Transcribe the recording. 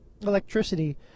electricity